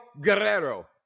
Guerrero